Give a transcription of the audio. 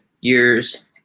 years